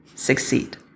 succeed